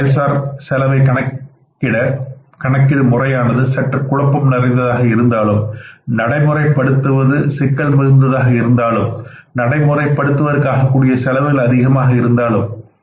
இந்த செயல் சார் செலவை கணக்கிட முறையானது சற்று குழப்பம் நிறைந்ததாக இருந்தாலும் இதை நடைமுறைப்படுத்துவது சிக்கல் மிகுந்ததாக இருந்தாலும் நடைமுறைப்படுத்துவதற்கு ஆகக்கூடிய செலவுகள் அதிகமாக இருந்தாலும்